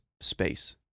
space